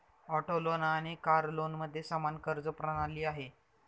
auto loan आणि car लोनमध्ये समान कर्ज प्रणाली आहे